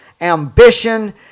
ambition